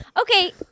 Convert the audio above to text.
Okay